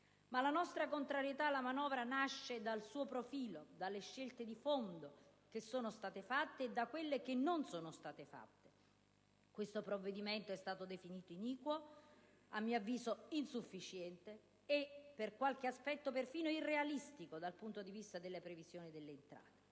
La nostra contrarietà alla manovra nasce dal suo profilo, dalle scelte di fondo che sono stato fatte e da quelle che non sono state fatte. Questo provvedimento è stato definito iniquo; a mio avviso è insufficiente e, per qualche aspetto, perfino irrealistico dal punto di vista delle previsioni delle entrate.